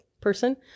person